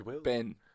Ben